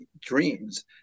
dreams